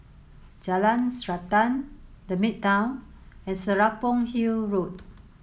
Jalan Srantan The Midtown and Serapong Hill Road